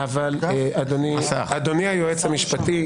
אדוני היועץ המשפטי,